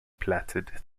platted